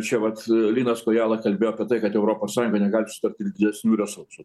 čia vat linas kojala kalbėjo apie tai kad europos sąjunga negali sutarti dėl didesnių resursų